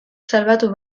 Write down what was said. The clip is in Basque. salbatu